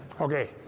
Okay